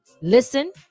listen